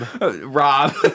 Rob